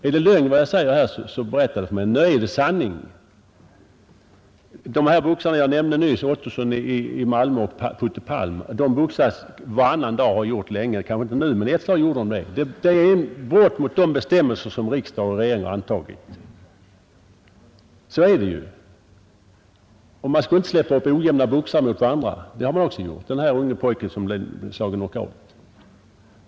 Är det lögn vad jag säger här så bevisa det för mig. Nej, det är sanning! De här boxarna jag nämnde nyss — Ottosson i Malmö och Putte Palm — boxas var och varannan dag och har gjort det länge; kanske de inte gör det nu, men ett slag gjorde de det. Det är ett brott mot de bestämmelser som riksdag och regering har antagit. Så är det ju! Man skall inte släppa upp ojämna boxare mot varandra, men det har man också gjort. Ett exempel är den här unge pojken som blev nerslagen med knockout!